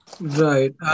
right